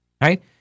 Right